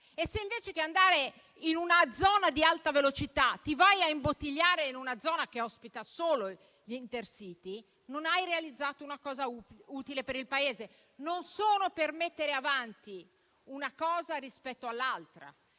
ma se invece di andare in una zona ad alta velocità, ci si va ad imbottigliare in una che ospita solo i treni Intercity, non è stata realizzata una cosa utile per il Paese. Non sono per mettere avanti una cosa rispetto all'altra,